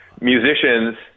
musicians